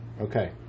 Okay